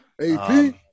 AP